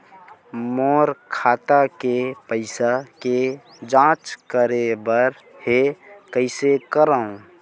मोर खाता के पईसा के जांच करे बर हे, कइसे करंव?